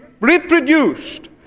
reproduced